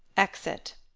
exit